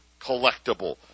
collectible